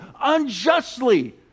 unjustly